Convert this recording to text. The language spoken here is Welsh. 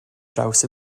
draws